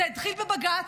זה התחיל בבג"ץ,